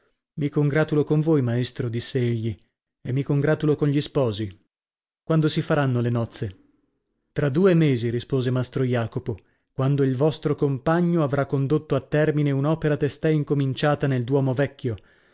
mi congratulo con voi maestro disse egli e mi congratulo con gli sposi quando si faranno le nozze tra due mesi rispose mastro jacopo quando il vostro compagno avrà condotto a termine un'opera testè incominciata nel duomo vecchio